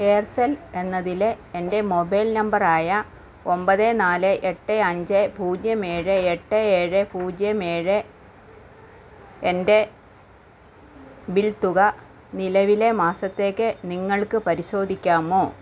Aircel എന്നതിലെ എൻ്റെ mobile നമ്പറായ ഒൻപത് നാല് എട്ട് അഞ്ച് പൂജ്യം ഏഴ് എട്ട് ഏഴ് പൂജ്യം ഏഴ് എൻ്റെ ബിൽ തുക നിലവിലെ മാസത്തേക്ക് നിങ്ങൾക്ക് പരിശോധിക്കാമോ